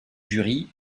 jury